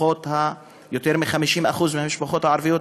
חיג'אב,